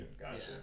gotcha